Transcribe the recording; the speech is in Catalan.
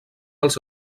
als